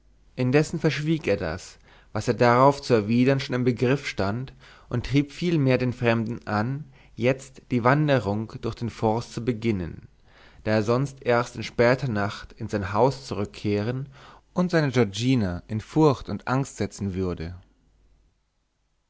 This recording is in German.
indessen verschwieg er das was er darauf zu erwidern schon im begriff stand und trieb vielmehr den fremden an jetzt die wanderung durch den forst zu beginnen da er sonst erst in später nacht in sein haus zurückkehren und seine giorgina in furcht und angst setzen würde